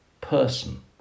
person